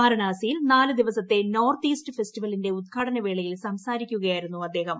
വാരണാസിയിൽ നാലുദിവസത്തെ north east ഫെസ്റ്റിവലിന്റെ ഉദ്ഘാടനവേളയിൽ സംസാരിക്കുകയായിരുന്നു അദ്ദേഹം